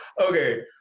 Okay